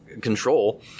control